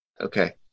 okay